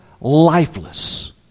lifeless